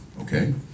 okay